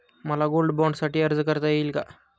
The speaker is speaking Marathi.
मला गोल्ड बाँडसाठी अर्ज करता येईल का?